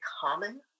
common